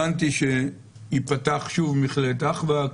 הבנתי שייפתח שוב במכללת אחווה,